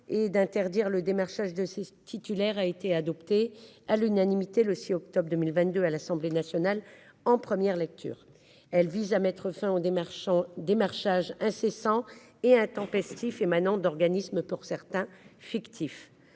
et d'interdire le démarchage de 6 titulaires, a été adopté à l'unanimité le 6 octobre 2022 à l'Assemblée nationale en première lecture. Elle vise à mettre fin aux des marchands démarchage incessant et intempestifs émanant d'organismes pour certains fictif.